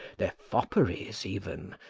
their fopperies even,